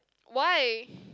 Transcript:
why